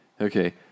Okay